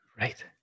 Right